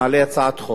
החבר שלך,